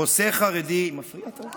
חוסה חרדי, אבל למה